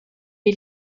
est